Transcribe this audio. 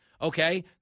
okay